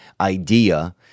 idea